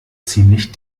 ziemlich